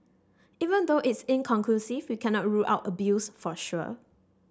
even though it's inconclusive we cannot rule out abuse for sure